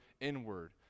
inward